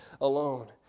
alone